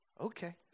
okay